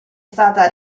stata